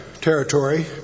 territory